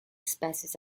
species